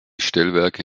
stellwerke